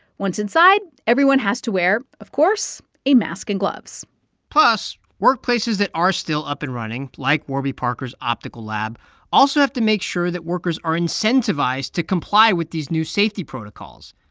once inside, everyone has to wear, of course, a mask and gloves plus, workplaces that are still up and running like warby parker's optical lab also have to make sure that workers are incentivized to comply with these new safety protocols.